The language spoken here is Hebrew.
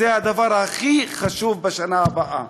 זה הדבר הכי חשוב בשנה הבאה.